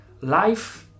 life